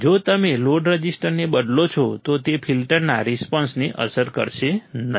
જો તમે લોડ રઝિસ્ટરને બદલો છો તો તે ફિલ્ટરના રિસ્પોન્સને અસર કરશે નહીં